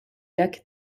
lac